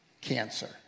cancer